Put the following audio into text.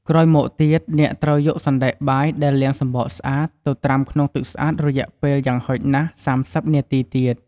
ក្រោយមកទៀត អ្នកត្រូវយកសណ្ដែកបាយ ដែលលាងសំបកស្អាត ទៅត្រាំក្នុងទឹកស្អាតរយៈពេលយ៉ាងហោចណាស់ ៣០ នាទីទៀត។